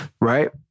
Right